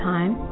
Time